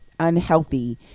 unhealthy